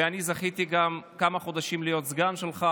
ואני זכיתי גם להיות סגן שלך